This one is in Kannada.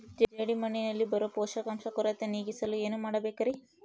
ಜೇಡಿಮಣ್ಣಿನಲ್ಲಿ ಬರೋ ಪೋಷಕಾಂಶ ಕೊರತೆ ನೇಗಿಸಲು ಏನು ಮಾಡಬೇಕರಿ?